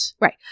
Right